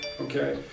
okay